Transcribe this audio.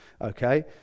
okay